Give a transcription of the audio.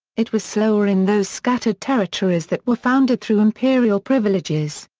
it was slower in those scattered territories that were founded through imperial privileges.